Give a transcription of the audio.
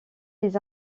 les